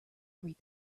greet